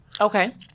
Okay